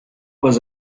was